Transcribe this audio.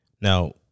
Now